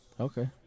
okay